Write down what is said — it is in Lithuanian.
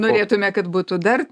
norėtume kad būtų dar